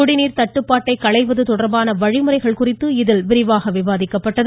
குடிநீர் தட்டுப்பாட்டை களைவது தொடர்பான வழிமுறைகள் குறித்து இதில் விரிவாக விவாதிக்கப்பட்டது